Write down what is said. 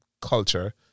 culture